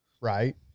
right